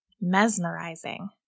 mesmerizing